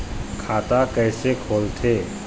खाता कइसे खोलथें?